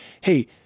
Hey